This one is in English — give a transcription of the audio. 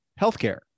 healthcare